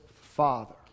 Father